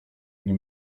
nie